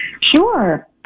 Sure